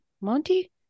Monty